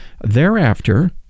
Thereafter